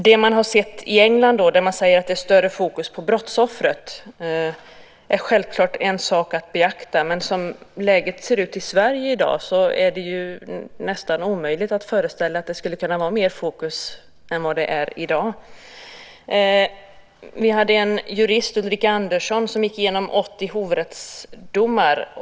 Det som man har sett i England, där man säger att det är större fokus på brottsoffret, är självklart något att beakta, men som läget ser ut i Sverige i dag är det ju nästan omöjligt att föreställa sig att det skulle kunna vara mer fokus på det än vad det är i dag. Vi har låtit en jurist, Ulrika Andersson, gå igenom 80 hovrättsdomar.